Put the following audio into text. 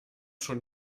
schon